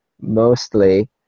mostly –